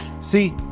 see